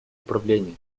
управления